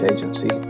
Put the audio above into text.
Agency